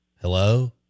Hello